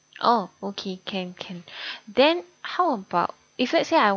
oh okay can can then how about if let's say I